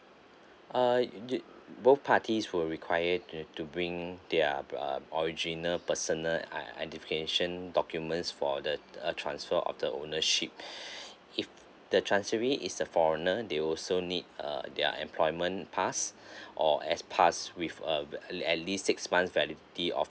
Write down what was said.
ah uh ju~ both parties will required to to bring their err original personal i~ identification documents for the a transfer of the ownership if the transfery is a foreigner they also need err their employment pass or S pass with uh at at least six months validity of